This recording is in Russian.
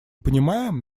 понимаем